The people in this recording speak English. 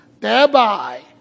Thereby